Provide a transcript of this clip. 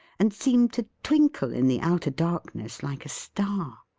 and seemed to twinkle in the outer darkness like a star.